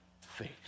faith